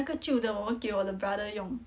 那个旧的我给我的 brother 用